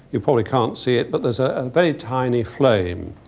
you probably can't see it but there's a very tiny flame.